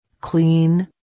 Clean